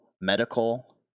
medical